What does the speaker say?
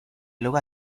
luego